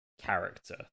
character